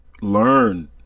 learn